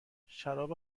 شراب